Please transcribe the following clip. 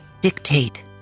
dictate